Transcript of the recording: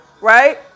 right